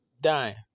dying